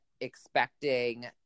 expecting